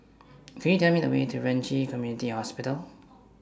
Can YOU Tell Me The Way to Ren Ci Community Hospital